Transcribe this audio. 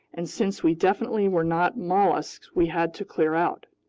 and since we definitely were not mollusks, we had to clear out.